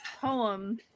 poem